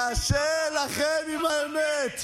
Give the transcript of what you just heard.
קשה לכם עם האמת.